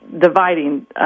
dividing